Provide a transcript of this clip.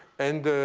and